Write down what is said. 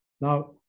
Now